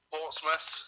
Portsmouth